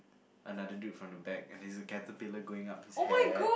another dude from the back and then he looking at the pillar going up his hair